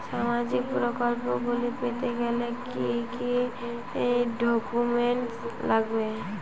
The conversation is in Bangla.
সামাজিক প্রকল্পগুলি পেতে গেলে কি কি ডকুমেন্টস লাগবে?